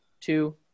two